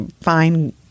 fine